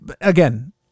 again